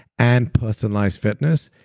and personalized fitness,